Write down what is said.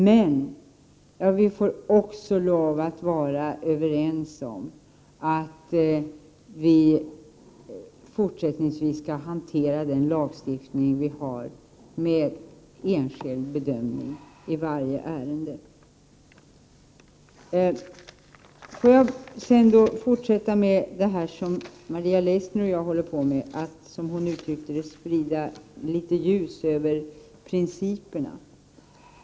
Men vi får också lov att vara överens om att vi fortsättningsvis skall hantera den lagstiftning vi har med enskild bedömning i varje ärende. Får jag då fortsätta med det Maria Leissner och jag talar om och, som hon uttrycker det, sprida litet ljus över principerna.